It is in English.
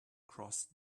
crossed